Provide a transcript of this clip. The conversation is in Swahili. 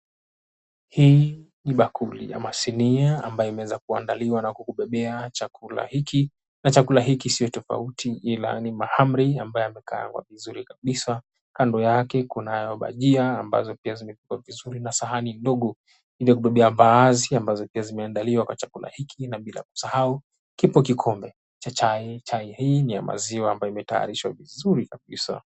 Hii ni bakuli ama sinia ambayo imeweza kuandaliwa na kukubebea chakula hiki. Na chakula hiki sio tofauti ila ni mahamri ambaye amekaangwa vizuri kabisa. Kando yake kunayo bajia ambazo pia zimepikwa vizuri na sahani ndogo ili kubebeya baadhi ambazo pia zimeandaliwa kwa chakula hiki na bila kusahau kipo kikombe cha chai. Chai hii ni ya maziwa ambayo imetayarishwa vizuri kabisa.